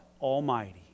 Almighty